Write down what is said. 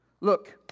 Look